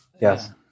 Yes